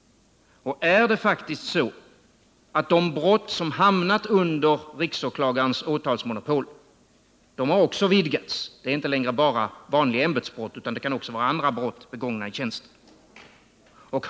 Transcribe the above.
Och är det faktiskt så att de brott som hamnar under riksåklagarens åtalsmonopol också har utökats? Det är inte längre bara ämbetsbrott, utan det kan också vara andra brott begångna i tjänsten. 3.